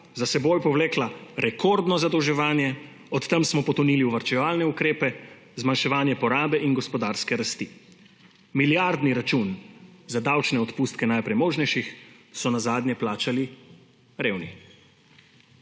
za seboj povlekla rekordno zadolževanje, od tam smo potonili v varčevalne ukrepe, zmanjševanje porabe in gospodarske rasti. Milijardni račun za davčne odpustke najpremožnejših so nazadnje plačali revni.